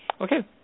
Okay